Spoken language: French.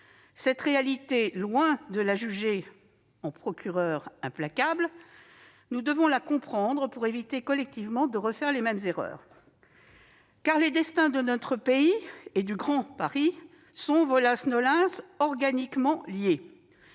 Cette réalité, loin de la juger en procureurs implacables, nous devons la comprendre, pour éviter, collectivement, de refaire les mêmes erreurs. En effet, les destins de notre pays et du Grand Paris sont,, organiquement liés.